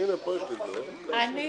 אני